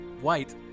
white